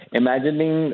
imagining